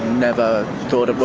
never thought but